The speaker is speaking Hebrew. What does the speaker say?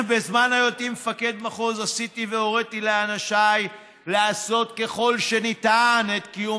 בזמן היותי מפקד מחוז עשיתי והוריתי לאנשיי לעשות ככל שניתן כדי